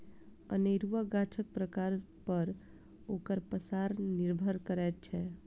अनेरूआ गाछक प्रकार पर ओकर पसार निर्भर करैत छै